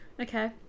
okay